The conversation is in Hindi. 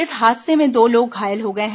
इस हादसे में दो लोग घायल हो गए हैं